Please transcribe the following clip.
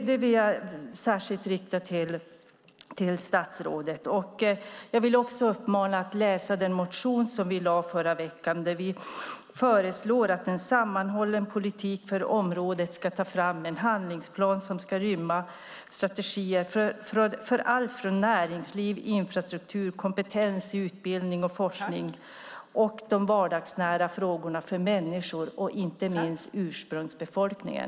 Det vill jag särskilt rikta till statsrådet. Jag vill också uppmana till att läsa den motion som vi lade fram förra veckan där vi föreslår att man med en sammanhållen politik för området ska ta fram en handlingsplan som ska rymma strategier för allt från näringsliv till infrastruktur, kompetens i utbildning och forskning och de vardagsnära frågorna för människor, inte minst för ursprungsbefolkningen.